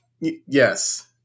yes